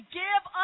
give